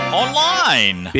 online